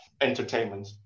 Entertainment